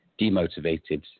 demotivated